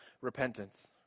repentance